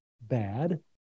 bad